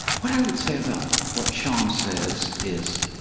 what i would say about what sean says is